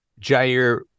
Jair